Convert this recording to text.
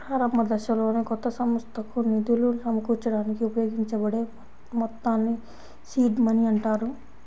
ప్రారంభదశలోనే కొత్త సంస్థకు నిధులు సమకూర్చడానికి ఉపయోగించబడే మొత్తాల్ని సీడ్ మనీ అంటారు